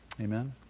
Amen